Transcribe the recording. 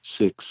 six